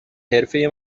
حرفه